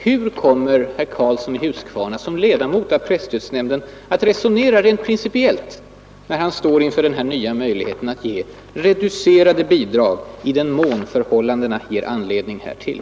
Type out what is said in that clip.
Hur kommer herr Karlsson i Huskvarna som ledamot av presstödsnämnden att resonera rent principiellt, när han står inför den här nya möjligheten att ”ge reducerade bidrag i den mån förhållandena ger anledning härtill”?